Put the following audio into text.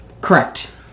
Correct